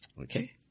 Okay